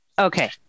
Okay